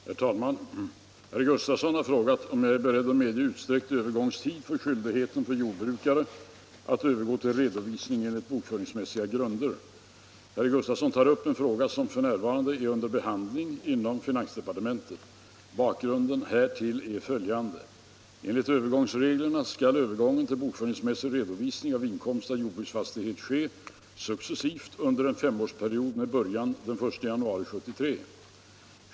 Herr talman! Herr Gustavsson i Alvesta har frågat mig om jag är beredd att medge utsträckt övergångstid för skyldigheten för jordbrukare att övergå till redovisning enligt bokföringsmässiga grunder. Herr Gustavsson tar upp en fråga som f. n. är under behandling inom finansdepartementet. Bakgrunden härtill är följande. Enligt övergångsreglerna skall övergången till bokföringsmässig redovisning av inkomst av jordbruksfastighet ske successivt under en femårsperiod med början den 1 januari 1973.